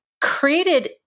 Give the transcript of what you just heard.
created